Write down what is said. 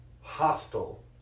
hostile